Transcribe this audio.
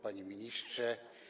Panie Ministrze!